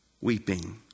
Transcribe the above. weeping